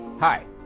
Hi